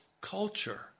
culture